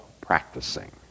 practicing